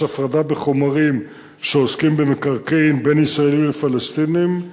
יש הפרדה בחומרים שעוסקים במקרקעין בין ישראלים לפלסטינים,